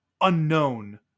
unknown